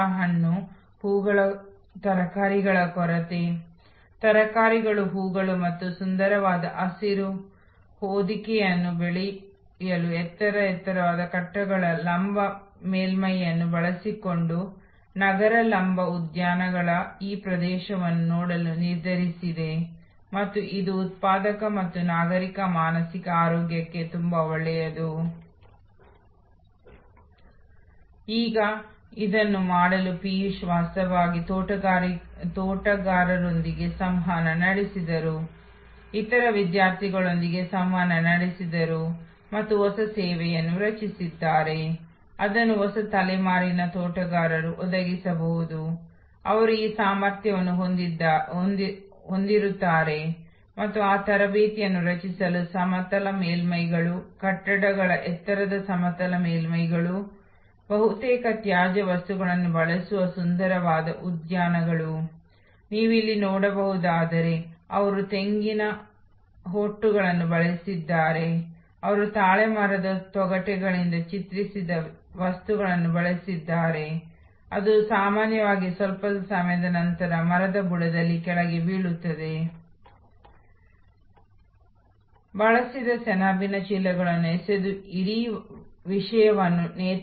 ಸಾಮಾನ್ಯವಾಗಿ ನಾವು ಹೊಸ ಸೇವೆಯ ಬಗ್ಗೆ ಮಾತನಾಡುವಾಗ ಅದು ಅಸ್ತಿತ್ವದಲ್ಲಿರುವ ಗ್ರಾಹಕರಿಗೆ ಹೊಸದಾಗಿರಬಹುದು ಆದ್ದರಿಂದ ಇದು ತಾಂತ್ರಿಕ ಅಥವಾ ಪ್ರಕ್ರಿಯೆ ವರ್ಧಿತ ಕೊಡುಗೆಯಂತಿದೆ ಅಥವಾ ಇದು ಸೇವಾ ಬುದ್ಧಿವಂತಿಕೆಯಾಗಿರಬಹುದು ಆದರೆ ಇಲ್ಲಿ ಹೊಸ ತಂತ್ರಜ್ಞಾನ ಅಭಿವೃದ್ಧಿಗಿಂತ ಹೆಚ್ಚು ಭಿನ್ನವಾಗಿರುವುದಿಲ್ಲ ಆದರೆ ಇದು ಮಾರುಕಟ್ಟೆ ಅಭಿವೃದ್ಧಿ ಚಟುವಟಿಕೆ ಸೇವೆ ಮಾರುಕಟ್ಟೆ ಅಭಿವೃದ್ಧಿ ಚಟುವಟಿಕೆ ಎಂದು ಹೇಳುತ್ತದೆ